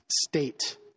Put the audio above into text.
state